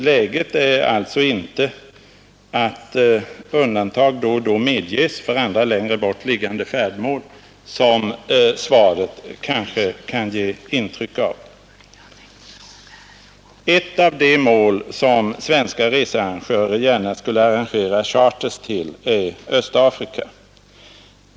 Läget är alltså inte att undantag då och då medges för andra, längre bort liggande färdmål, som interpellationssvaret kanske kan ge intryck av. Ett av de mål, som svenska researrangörer gärna skulle arrangera charterresor till, är Östafrika.